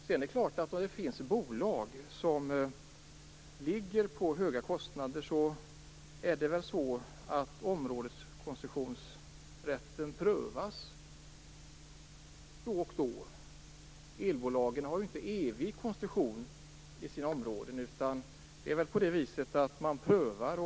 Sedan är det klart att även om det finns bolag som ligger på höga kostnader prövas ju områdeskoncessionsrätten då och då. Elbolagen har inte evig koncession i sina områden, utan denna prövas.